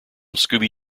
scooby